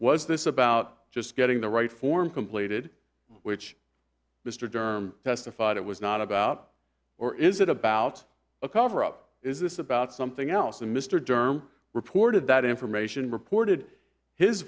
was this about just getting the right form completed which mr derm testified it was not about or is it about a cover up is this about something else and mr germ reported that information reported his